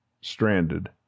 stranded